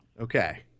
Okay